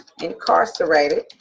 incarcerated